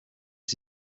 its